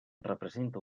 representa